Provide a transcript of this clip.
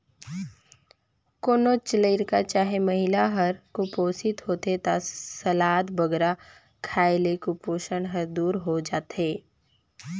कोनोच लरिका चहे महिला हर कुपोसित होथे ता सलाद बगरा खाए ले कुपोसन हर दूर होए जाथे